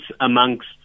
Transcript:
amongst